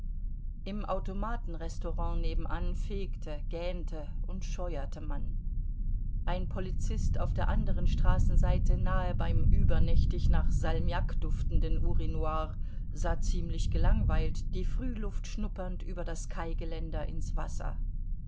im automatenrestaurant nebenan fegte gähnte und scheuerte man ein polizist auf der anderen straßenseite nahe beim übernächtig nach salmiak duftenden urinoir sah ziemlich gelangweilt die frühluft schnuppernd über das kaigeländer ins wasser